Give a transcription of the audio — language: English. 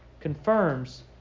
confirms